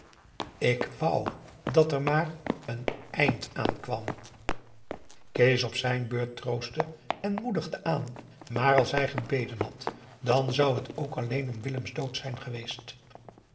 ik wou dat er maar een eind aan kwam kees op zijn beurt troostte en moedigde aan maar als hij gebeden had dan zou het ook alleen om willem's dood zijn geweest